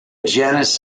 genus